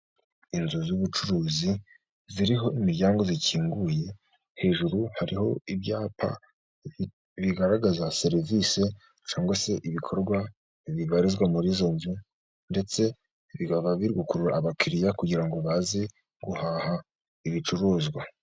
Inzu z'ubucuruzi ziriho imiryango ikinguye, hejuru hariho ibyapa, bigaragaza serivisi cyangwa se ibikorwa bibarizwa, muri izo nzu ndetse bikaba biri gukurura abakiriya, kugira ngo baze guhaha ibicuruzwa.